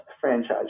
franchise